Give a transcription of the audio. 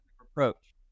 approach